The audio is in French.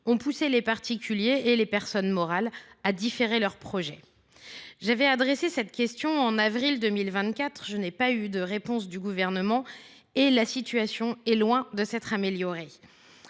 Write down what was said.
ont poussé les particuliers et les personnes morales à différer leurs projets. J’avais déjà posé cette question en avril 2024, mais je n’avais pas obtenu de réponse du Gouvernement. Or la situation est loin de s’être améliorée